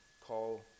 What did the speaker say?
call